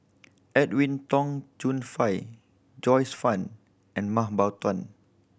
Edwin Tong Chun Fai Joyce Fan and Mah Bow Tan